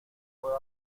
puedo